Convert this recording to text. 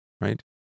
right